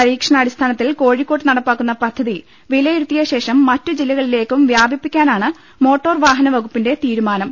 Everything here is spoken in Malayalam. പരീക്ഷണാടിസ്ഥാനത്തിൽ കോഴിക്കോട്ട് നടപ്പാക്കുന്ന പദ്ധതി വിലയിരുത്തിയ ശേഷം മറ്റു ജില്ലകളിലേക്കും വ്യാപിപ്പിക്കാനാണ് മോട്ടോർ വാഹന വകുപ്പിന്റെ തീരുമാനം